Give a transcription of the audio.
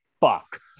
fuck